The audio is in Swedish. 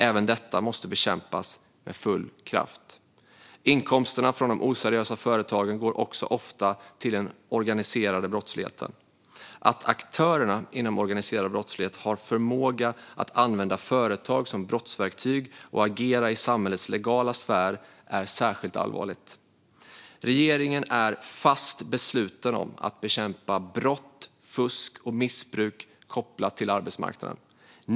Även detta måste bekämpas med full kraft. Inkomsterna från de oseriösa företagen går också ofta till den organiserade brottsligheten. Att aktörerna inom organiserad brottslighet har förmåga att använda företag som brottsverktyg och agera i samhällets legala sfär är särskilt allvarligt. Regeringen är fast besluten att bekämpa brott, fusk och missbruk kopplat till arbetsmarknaden.